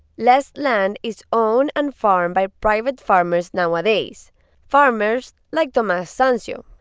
less land is owned and farmed by private farmers nowadays farmers, like tomas santio.